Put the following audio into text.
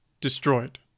destroyed